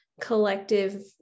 collective